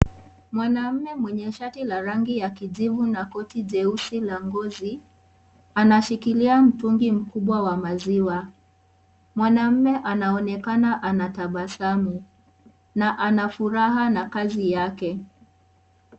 Mwanaume mwenye shati la rangi kijivu na koti jeusi la ngozi anashikilia mtungi mkubwa wa maziwa. Mwanaume anaonekana anatabasamu na ana furaha na kazi yake.